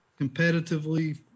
competitively